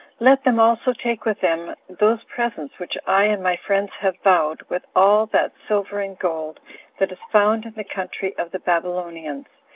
let them also take with them those presents which i and my friends have vowed, with all that silver and gold that is found in the country of the babylonians,